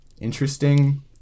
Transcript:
interesting